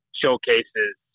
showcases